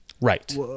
Right